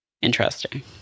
interesting